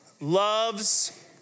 loves